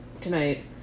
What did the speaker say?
tonight